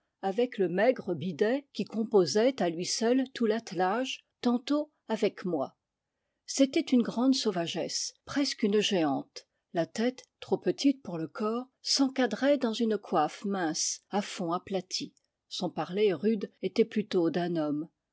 avec le maigre bidet qui composait à lui seul tout l'attelage tantôt avec moi c'était une grande sauvagesse presque une géante la tête trop petite pour le corps s'encadrait dans une coiffe mince à fond aplati son parler rude était plutôt d'un homme